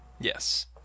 Yes